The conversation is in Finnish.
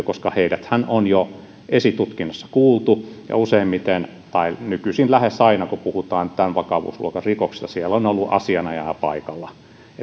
koska heidäthän on jo esitutkinnassa kuultu ja useimmiten tai nykyisin lähes aina kun puhutaan tämän vakavuusluokan rikoksista siellä on on ollut asianajaja paikalla